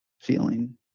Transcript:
feeling